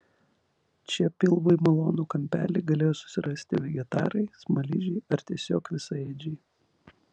čia pilvui malonų kampelį galėjo susirasti vegetarai smaližiai ar tiesiog visaėdžiai